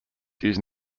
using